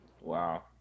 wow